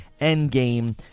endgame